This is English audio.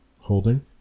Holding